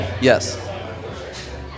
Yes